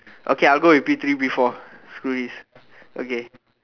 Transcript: okay I will go with P three P four screw this okay